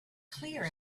clear